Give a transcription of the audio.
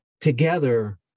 together